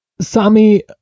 Sammy